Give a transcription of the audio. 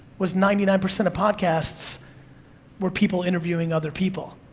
was ninety nine percent of podcasts were people interviewing other people,